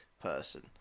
person